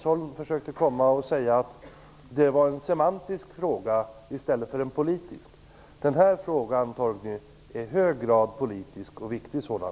Sedan försökte Torgny Danielsson säga att det var en semantisk fråga i stället för en politisk. Den här frågan, Torgny Danielsson, är i hög grad en politisk fråga och en viktig sådan.